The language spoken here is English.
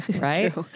right